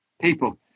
people